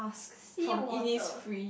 sea water